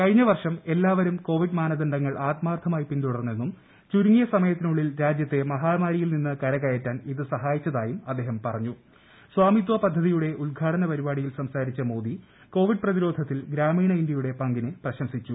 കഴിഞ്ഞ വർഷം എല്ലാവരും കോവിഡ് മാനദണ്ഡങ്ങൾ ആത്മാർത്ഥമായി പിന്തുടർന്നെന്നും ചുരുങ്ങിയ സമയത്തിനുള്ളിൽ രാജ്യത്തെ മഹാമാരിയിൽ നിന്ന് കരകയറ്റാൻ ഇത് ്സ്ഫായിച്ചതായും അദ്ദേഹം പറഞ്ഞു സ്ഥമിത്വ പദ്ധതിയുടെ ഉദ്ഘൂടന് പരിപാടിയിൽ സംസാരിച്ച മോദി കോവിഡ് പ്രതിരോധത്തിൽ ഗ്രാമീണ ഇന്ത്യയുടെ പങ്കിനെ പ്രശംസിച്ചു